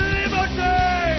liberty